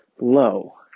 low